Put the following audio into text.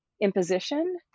imposition